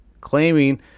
claiming